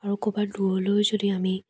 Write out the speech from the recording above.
আৰু ক'ৰবাত দূৰলৈও যদি আমি